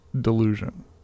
delusion